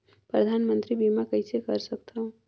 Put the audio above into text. परधानमंतरी बीमा कइसे कर सकथव?